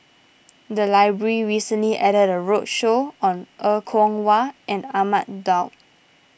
the library recently at that a roadshow on Er Kwong Wah and Ahmad Daud